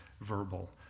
verbal